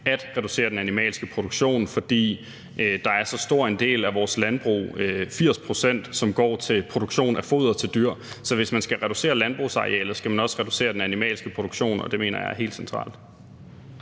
at reducere den animalske produktion, fordi der er så stor en del af vores landbrug – 80 pct. – som går til produktion af foder til dyr. Så hvis man skal reducere landbrugsarealet, skal man også reducere den animalske produktion, og det mener jeg er helt centralt.